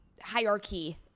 hierarchy